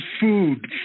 food